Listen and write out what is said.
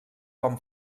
com